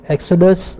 Exodus